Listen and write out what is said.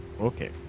Okay